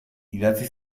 idatzi